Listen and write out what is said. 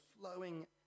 flowing